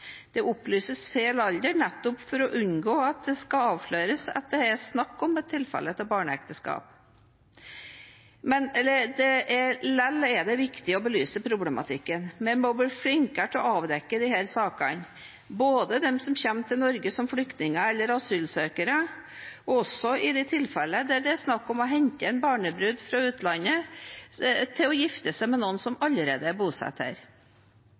Det opplyses feil alder nettopp for å unngå at det skal avsløres at det er snakk om et tilfelle av barneekteskap. Det er likevel viktig å belyse problematikken. Vi må bli flinkere til å avdekke disse sakene, både de som kommer til Norge som flyktninger eller asylsøkere, og de tilfellene hvor det er snakk om å hente en barnebrud fra utlandet for å gifte seg med noen som allerede er